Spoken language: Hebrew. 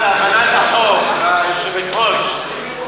סליחה, להבנת החוק, היושבת-ראש,